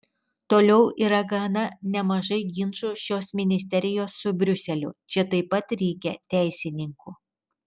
toliau yra gana nemažai ginčų šios ministerijos su briuseliu čia taip pat reikia teisininkų